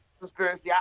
conspiracy